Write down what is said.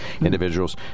individuals